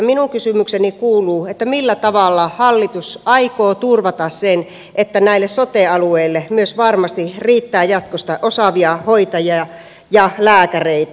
minun kysymykseni kuuluu millä tavalla hallitus aikoo turvata sen että näille sote alueille myös varmasti riittää jatkossa osaavia hoitajia ja lääkäreitä